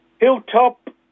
Hilltop